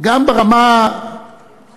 גם ברמה המעשית,